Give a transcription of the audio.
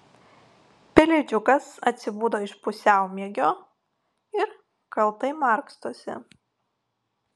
pelėdžiukas atsibudo iš pusiaumiegio ir kaltai markstosi